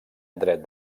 dret